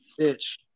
bitch